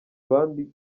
abandi